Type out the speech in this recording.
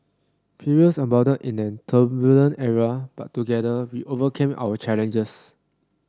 perils abounded in that turbulent era but together we overcame our challenges